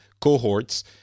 cohorts